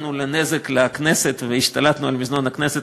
גרמנו לנזק לכנסת והשתלטנו על מזנון הכנסת,